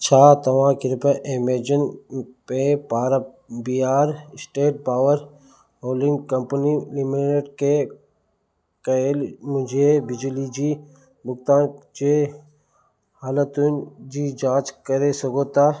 छा तव्हां कृपया एमेजॉन पे पारां बिहार स्टेट पावर होल्डिंग कंपनियूं लिमिटे खे कयल मुंहिंजे बिजली जी भुगतान जे हालतुनि जी जाच करे सघो था